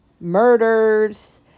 murders